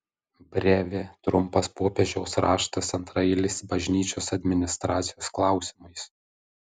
brevė trumpas popiežiaus raštas antraeiliais bažnyčios administracijos klausimais